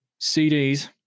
CDs